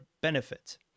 benefit